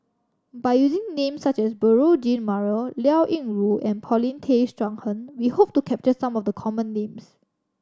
by using names such as Beurel Jean Marie Liao Yingru and Paulin Tay Straughan we hope to capture some of the common names